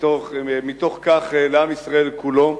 ומתוך כך לעם ישראל כולו,